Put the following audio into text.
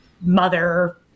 mother